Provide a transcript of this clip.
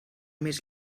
més